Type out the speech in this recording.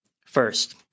First